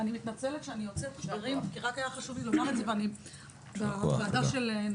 גם בהחלטת ועדת השרים